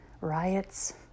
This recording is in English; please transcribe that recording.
riots